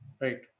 Right